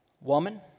Woman